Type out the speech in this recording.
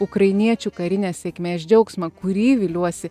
ukrainiečių karinės sėkmės džiaugsmą kurį viliuosi